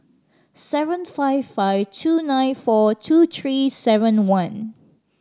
seven five five two nine four two three seven one